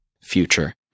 future